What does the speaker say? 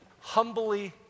humbly